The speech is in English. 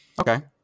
Okay